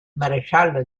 maresciallo